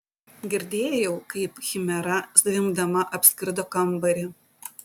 girdėjau kaip chimera zvimbdama apskrido kambarį